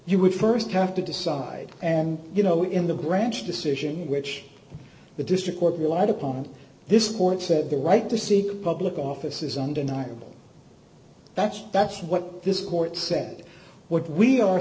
you would st have to decide and you know in the branch decision which the district court relied upon this court said the right to seek public office is undeniable that's that's what this court said what we are